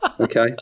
Okay